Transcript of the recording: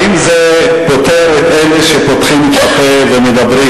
האם זה פוטר את אלה שפותחים את הפה ומדברים